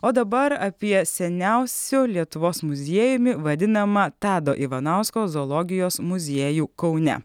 o dabar apie seniausiu lietuvos muziejumi vadinamą tado ivanausko zoologijos muziejų kaune